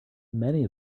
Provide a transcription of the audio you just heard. many